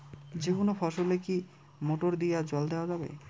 যেকোনো ফসলে কি মোটর দিয়া জল দেওয়া যাবে?